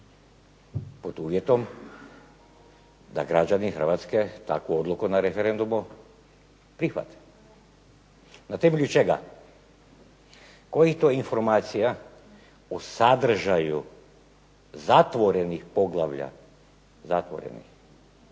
pod uvjetom da građani Hrvatske takvu odluku na referendumu prihvate. Na temelju čega? Kojih to informacija u sadržaju zatvorenih poglavlja, zatvorenih